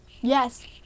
Yes